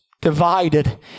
divided